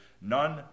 none